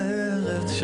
באמת,